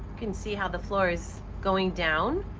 can see how the floor is going down.